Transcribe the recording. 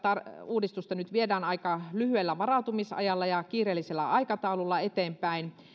uudistusta nyt viedään aika lyhyellä varautumisajalla ja kiireellisellä aikataululla eteenpäin